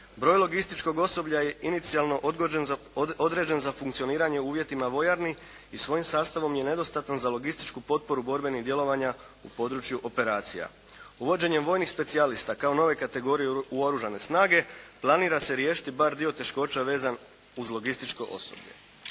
broj logističkog osoblja je inicijalno odgođen, određen za funkcioniranje u uvjetima vojarni i svojim sastavom je nedostatan za logističku potporu borbenih djelovanja u području operacija. Uvođenjem vojnih specijalista kao nove kategorije u oružane snage, planira se riješiti bar dio teškoća vezan uz logističko osoblje.